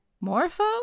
morpho